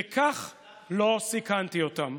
וכך לא סיכנתי אותם".